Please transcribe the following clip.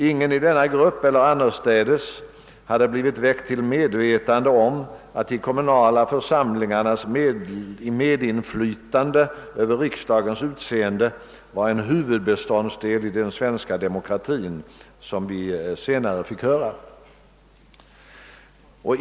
Ingen i denna grupp eller annorstädes hade blivit väckt till medvetande om att de kommunala församlingarnas medinflytande över riksdagens utseende var en huvudbeståndsdel i den svenska demokratin, något som vi senare fick höra.